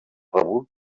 rebut